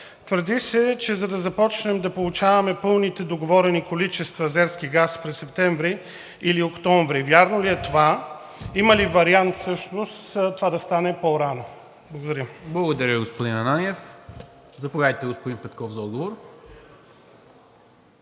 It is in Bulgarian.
Твърди се, че ще започнем да получаваме пълните договорени количества азерски газ през септември или октомври – вярно ли е това? Има ли вариант всъщност това да стане по-рано? Благодаря. ПРЕДСЕДАТЕЛ НИКОЛА МИНЧЕВ: Благодаря, господин Ананиев. Заповядайте, господин Петков за отговор.